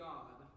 God